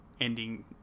ending